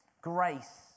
grace